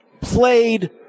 played